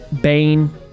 Bane